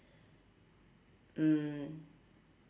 mm